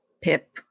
Pip